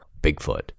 Bigfoot